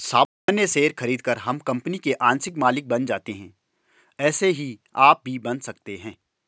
सामान्य शेयर खरीदकर हम कंपनी के आंशिक मालिक बन जाते है ऐसे ही आप भी बन सकते है